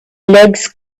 legs